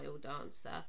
dancer